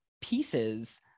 pieces